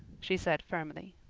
she said firmly.